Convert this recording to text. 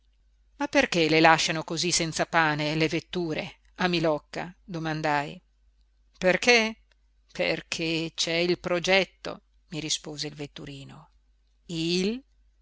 ma perché le lasciano cosí senza pane le vetture a milocca domandai perché perché c'è il progetto mi rispose il vetturino il